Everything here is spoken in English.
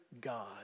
God